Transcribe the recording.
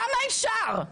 כמה אפשר?